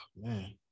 Man